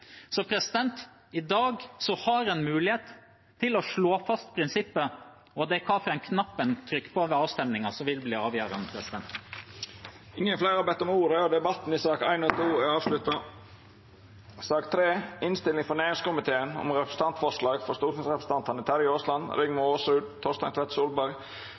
I dag har en mulighet til å slå fast prinsippet, og det er hvilken knapp en trykker på ved avstemningen, som vil bli avgjørende. Fleire har ikkje bedt om ordet til sakene nr. 1 og 2. Etter ønske frå næringskomiteen vil presidenten ordna debatten slik: 3 minutt til kvar partigruppe og